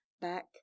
back